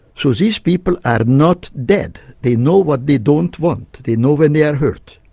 so these people are not dead, they know what they don't want, they know when they are hurt,